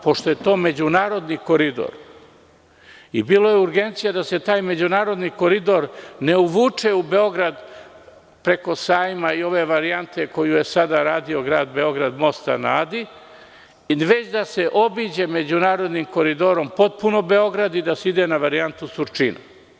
Pošto je to međunarodni koridor, bilo je urgencija da se taj međunarodni koridor ne uvuče u Beograd preko Sajma i ove varijante, koju je sada radio grad Beograd, mosta na Adi, već da se obiđe međunarodnim koridorom potpuno Beograd i da se ide na varijantu Surčina.